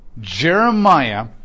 Jeremiah